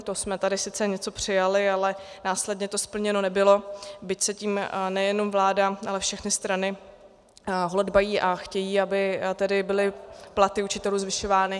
To jsme tady sice něco přijali, ale následně to splněno nebylo, byť se tím nejenom vláda, ale všechny strany holedbají a chtějí, aby tedy byly platy učitelů zvyšovány.